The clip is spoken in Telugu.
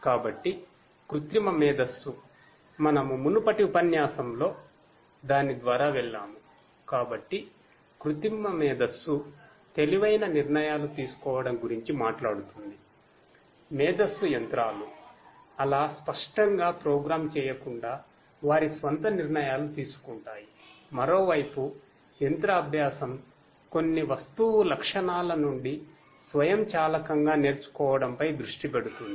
కాబట్టి ఆర్టిఫిశియల్ ఇంటెలిజన్స్ కొన్ని వస్తువు లక్షణాల నుండి స్వయంచాలకంగా నేర్చుకోవడంపై దృష్టి పెడుతుంది